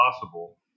possible